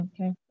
Okay